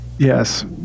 Yes